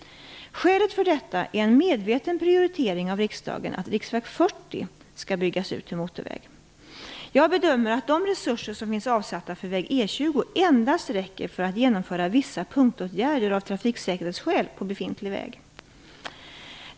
Skälet för detta är en medveten prioritering av riksdagen av att riksväg 40 skall byggas ut till motorväg. Jag bedömer att de resurser som finns avsatta för väg E 20 endast räcker för att genomföra vissa punktåtgärder av trafiksäkerhetsskäl på befintlig väg.